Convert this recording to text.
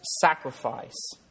sacrifice